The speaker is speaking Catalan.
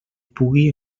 pugui